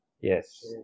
Yes